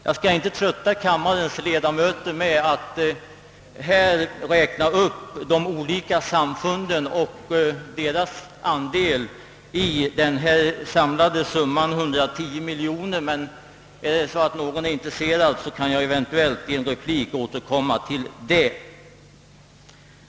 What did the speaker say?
Jag skall inte trötta kammarens ledamöter med att här räkna upp de olika samfunden och deras andelar av totalsumman 110 miljoner, men är någon intresserad kan jag eventuellt återkomma härtill i en replik.